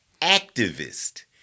activist